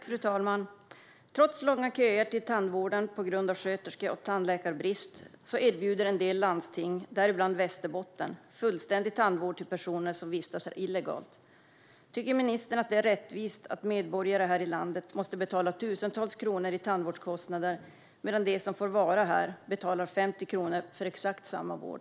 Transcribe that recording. Fru talman! Trots långa köer till tandvården på grund av sköterske och tandläkarbrist erbjuder en del landsting, däribland Västerbotten, fullständig tandvård till personer som vistas här illegalt. Tycker ministern att det är rättvist att medborgare här i landet måste betala tusentals kronor i tandvårdskostnader medan de som inte får vara här betalar 50 kronor för exakt samma vård?